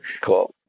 Cool